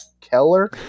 Keller